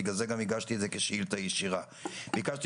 בגלל זה גם הגשתי את זה כשאילתה ישירה ביקשתי